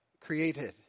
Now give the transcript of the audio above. created